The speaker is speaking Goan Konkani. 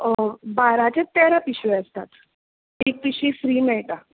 बाराचे तेरा पिशव्यो आसता एक पिशवी फ्री मेळटा